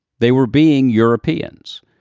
they were being europeans.